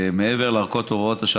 מעבר להארכות הוראות השעה,